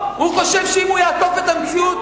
הוא חושב שאם הוא יעטוף את המציאות